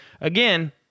Again